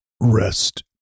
Rest